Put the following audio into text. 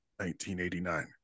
1989